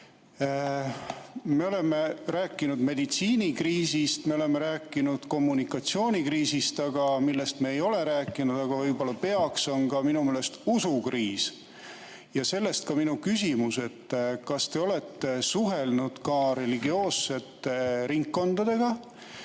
Me oleme rääkinud meditsiinikriisist, me oleme rääkinud kommunikatsioonikriisist, aga millest me ei ole rääkinud, aga peaks ehk rääkima, on minu meelest usukriis. Sellest ka minu küsimus: kas te olete suhelnud ka religioossete ringkondadega